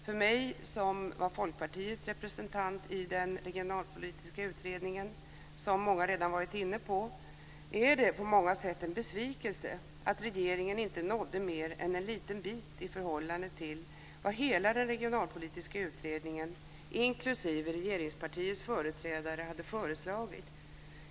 För mig, som var Folkpartiets representant i den regionalpolitiska utredningen, som många redan har varit inne på, är det på många sätt en besvikelse att regeringen inte nådde mer än en liten bit i förhållande till vad hela den regionalpolitiska utredningen, inklusive regeringspartiets företrädare, hade föreslagit.